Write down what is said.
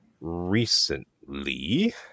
recently